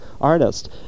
artist